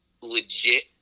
legit